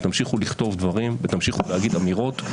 ותמשיכו לכתוב דברים ותמשיכו להגיד אמירות.